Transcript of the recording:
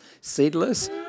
seedless